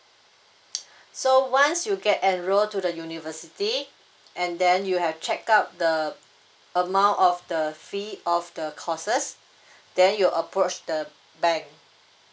so once you get enrolled to the university and then you had check out the amount of the fee of the courses then you approach the bank